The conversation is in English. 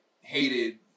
hated